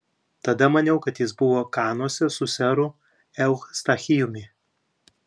tada maniau kad jis buvo kanuose su seru eustachijumi